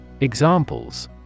Examples